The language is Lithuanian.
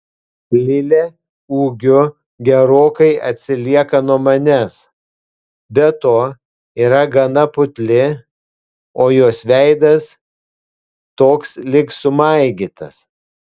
lilė ūgiu gerokai atsilieka nuo manęs be to yra gana putli o jos veidas toks lyg sumaigytas